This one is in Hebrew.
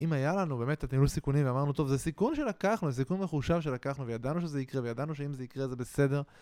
אם היה לנו באמת ניהול סיכונים, ואמרנו טוב זה סיכון שלקחנו, זה סיכון מחושב שלקחנו וידענו שזה יקרה וידענו שאם זה יקרה זה בסדר